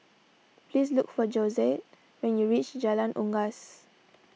please look for Josette when you reach Jalan Unggas